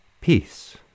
peace